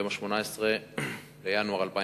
ביום 18 בינואר 2009